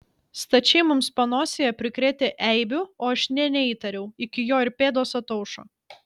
stačiai mums panosėje prikrėtę eibių o aš nė neįtariau iki jo ir pėdos ataušo